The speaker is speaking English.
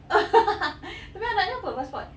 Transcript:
tapi anak dia apa passport